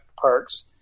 parks